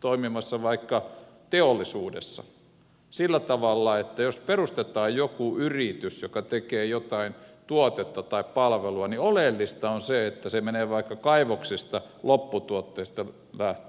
toimimassa vaikka teollisuudessa sillä tavalla että jos perustetaan joku yritys joka tekee jotain tuotetta tai palvelua niin oleellista on se että se menee vaikka kaivoksista lopputuotteesta lähtien